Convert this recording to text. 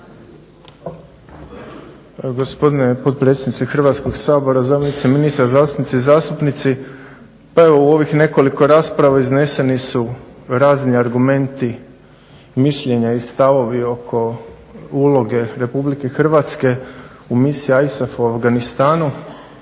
Gospodine potpredsjedniče Hrvatskog sabora, zamjenice ministra, zastupnice i zastupnici. Pa evo u ovih nekoliko rasprava izneseni su razni argumenti, mišljenja i stavovi oko uloge RH u misiji ISAF u Afganistanu,